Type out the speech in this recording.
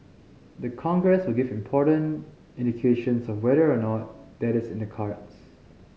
the Congress will give important indications of whether or not that is in the cards